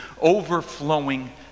overflowing